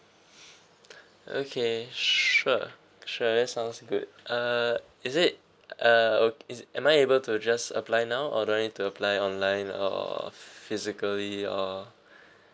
okay sure sure that sounds good uh is it uh is it am I able to just apply now or do I need to apply online or physically or